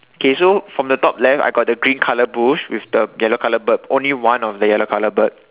okay so from the top left I got the green colour bush with the yellow bird only one of the yellow colour bird